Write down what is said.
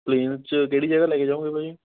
plain 'ਚ ਕਿਹੜੀ ਜਗ੍ਹਾ ਲੈ ਕੇ ਜਾਓਗੇ ਭਾਅ ਜੀ